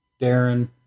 Darren